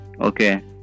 okay